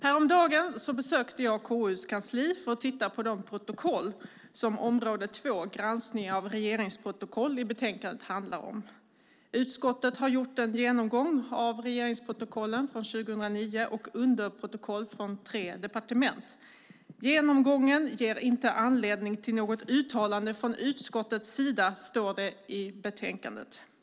Häromdagen besökte jag KU:s kansli för att titta på de protokoll som område 2 i betänkandet, en granskning av regeringsprotokoll, handlar om. Utskottet har gjort en genomgång av regeringsprotokollen från år 2009 och underprotokoll från tre departement. Genomgången ger inte anledning till något uttalande från utskottets sida, står det i betänkandet.